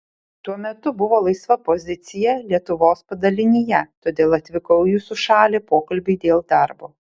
tuo metu buvo laisva pozicija lietuvos padalinyje todėl atvykau į jūsų šalį pokalbiui dėl darbo